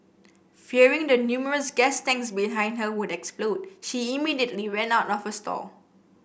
fearing the numerous gas tanks behind her would explode she immediately ran out of her stall